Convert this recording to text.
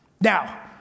Now